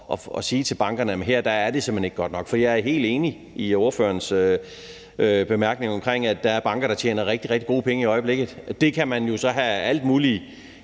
direkte til bankerne, at her er det simpelt hen ikke godt nok. Jeg er helt enig i ordførerens bemærkning om, at der er banker, der tjener rigtig, rigtig gode penge i øjeblikket. Jeg er imod overskud